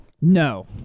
No